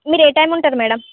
మీరు ఏ టైమ్ ఉంటారు మ్యాడం